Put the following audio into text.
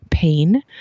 pain